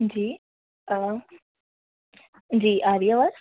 جی جی آ رہی ہے آواز